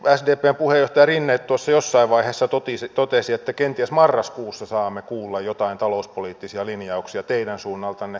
sdpn puheenjohtaja rinne jossain vaiheessa totesi että kenties marraskuussa saamme kuulla jotain talouspoliittisia linjauksia teidän suunnaltanne